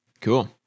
Cool